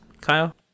Kyle